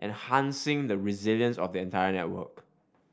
enhancing the resilience of the entire network